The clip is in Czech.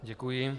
Děkuji.